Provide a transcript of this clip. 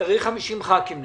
צריך 50 ח"כים לזה.